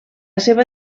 seva